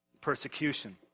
Persecution